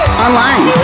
online